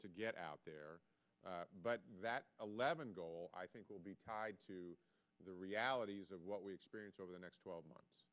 to get out there but that eleven goal i think will be to the realities of what we experience over the next twelve months